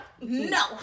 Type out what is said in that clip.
No